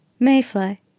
Mayfly